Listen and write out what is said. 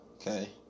okay